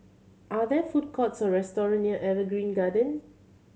are there food courts or restaurant near Evergreen Garden